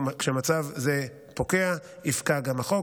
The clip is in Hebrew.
כשמצב זה פוקע, יפקע גם החוק.